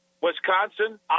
Wisconsin